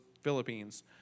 Philippines